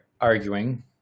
arguing